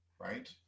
right